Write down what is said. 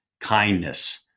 kindness